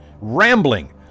rambling